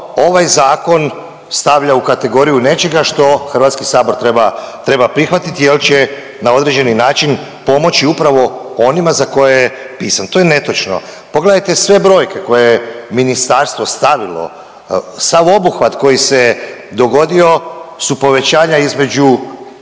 ovaj zakon stavlja u kategoriju nečega što Hrvatski sabor treba, treba prihvatiti jel će na određeni način pomoći upravo onima za koje je pisan. To je netočno. Pogledajte sve brojke koje je ministarstvo stavilo, sav obuhvat koji se dogodio su povećanja između